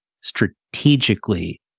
strategically